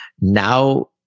Now